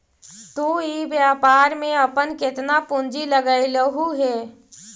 तु इ व्यापार में अपन केतना पूंजी लगएलहुं हे?